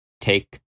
take